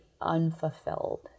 unfulfilled